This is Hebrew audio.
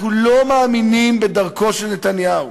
אנחנו לא מאמינים בדרכו של נתניהו,